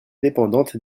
dépendantes